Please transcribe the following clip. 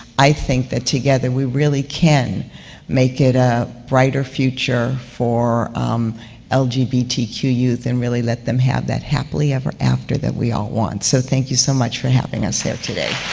i think that, together, we really can make it a brighter future for lgtbq youth and really let them have that happily-ever-after that we all want. so, thank you so much for having us here today.